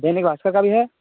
दैनिक भास्कर का भी है